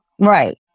Right